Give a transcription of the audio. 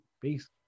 Peace